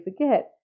forget